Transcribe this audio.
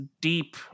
deep